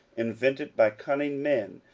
invented by cunning men,